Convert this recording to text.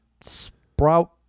sprout